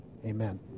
Amen